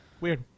Weird